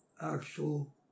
actual